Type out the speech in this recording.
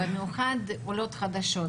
במיוחד עולות חדשות,